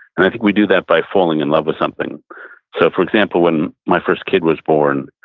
i think we do that by falling in love with something so for example, when my first kid was born,